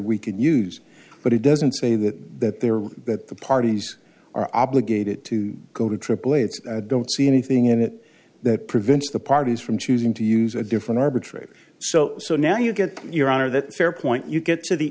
we can use but it doesn't say that that they are that the parties are obligated to go to aaa it's don't see anything in it that prevents the parties from choosing to use a different arbitrator so so now you get your honor that fair point you get to the